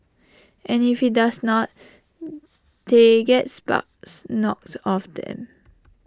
and if IT does not they get sparks knocked off them